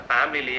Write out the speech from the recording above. Family